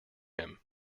him